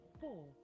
Four